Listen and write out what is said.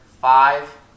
Five